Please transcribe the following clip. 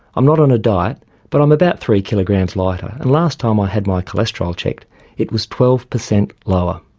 i'm not on a diet but i'm about three kgs and lighter and last time i had my cholesterol checked it was twelve percent lower.